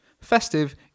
festive